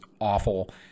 awful